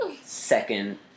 second